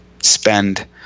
spend